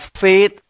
faith